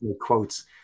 quotes